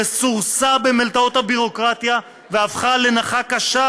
שסורסה במלתעות הביורוקרטיה והפכה לנכה קשה,